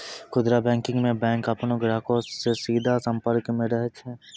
खुदरा बैंकिंग मे बैंक अपनो ग्राहको से सीधा संपर्क मे रहै छै